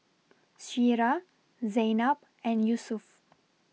Syirah Zaynab and Yusuf